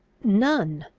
none.